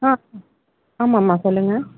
ஆ ஆமாம்மா சொல்லுங்க